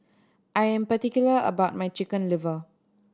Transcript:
I am particular about my Chicken Liver